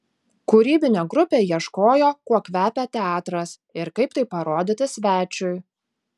kūrybinė grupė ieškojo kuo kvepia teatras ir kaip tai parodyti svečiui